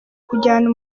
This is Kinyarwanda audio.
kujyana